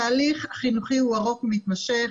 התהליך החינוכי הוא ארוך ומתמשך,